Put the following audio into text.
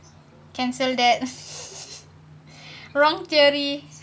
cancel that's wrong theory